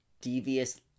devious